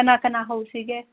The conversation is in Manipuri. ꯀꯅꯥ ꯀꯅꯥ ꯍꯧꯁꯤꯒꯦ